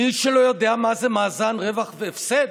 מי שלא יודע מה זה מאזן רווח והפסד,